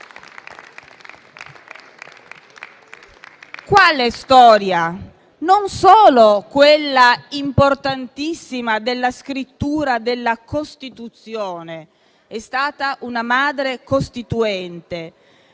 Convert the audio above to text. quale storia? Non solo di quella importantissima della scrittura della Costituzione - è stata una Madre costituente